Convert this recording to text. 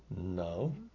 No